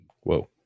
Whoa